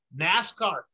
NASCAR